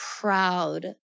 proud